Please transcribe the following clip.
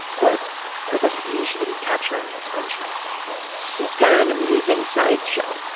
but that doesn't mean she didn't capture any attention she's kind of an amusing sideshow.